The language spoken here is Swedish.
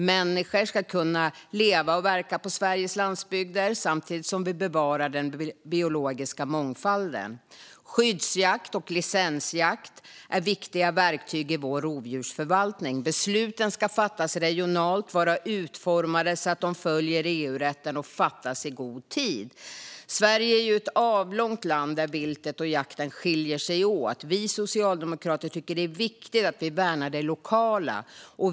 Människor ska kunna leva och verka på Sveriges landsbygder samtidigt som vi bevarar den biologiska mångfalden. Skyddsjakt och licensjakt är viktiga verktyg i vår rovdjursförvaltning. Besluten ska fattas regionalt, vara utformade så att de följer EU-rätten och fattas i god tid. Sverige är ett avlångt land där viltet och jakten skiljer sig åt. Vi socialdemokrater tycker att det är viktigt att vi värnar det lokala.